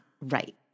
right